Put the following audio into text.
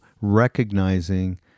recognizing